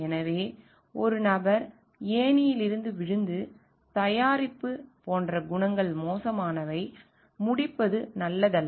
எனவே ஒரு நபர் ஏணியில் இருந்து விழுந்து தயாரிப்பு போன்ற குணங்கள் மோசமானவை முடிப்பது நல்லது அல்ல